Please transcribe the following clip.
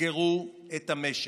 תסגרו את המשק,